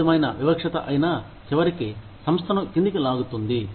ఏ విధమైన వివక్షత అయినా చివరికి సంస్థను కిందికి లాగుతుంది